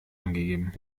angegeben